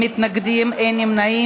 מתנגדים, אין נמנעים.